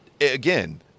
Again